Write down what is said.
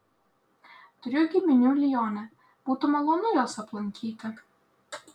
turiu giminių lione būtų malonu juos aplankyti